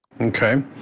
okay